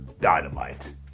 dynamite